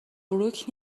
بروک